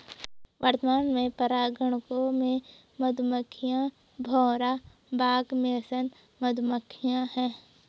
वर्तमान में परागणकों में मधुमक्खियां, भौरा, बाग मेसन मधुमक्खियाँ है